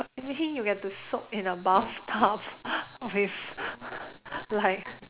imagine you get to soak in a bathtub with like